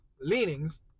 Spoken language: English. leanings